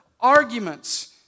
arguments